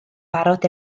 barod